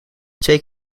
twee